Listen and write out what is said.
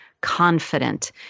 confident